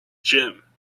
gym